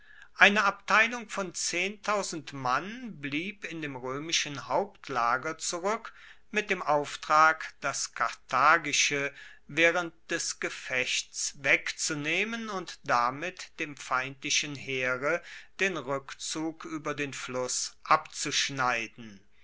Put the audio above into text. eine abteilung von mann blieb in dem roemischen hauptlager zurueck mit dem auftrag das karthagische waehrend des gefechts wegzunehmen und damit dem feindlichen heere den rueckzug ueber den fluss abzuschneiden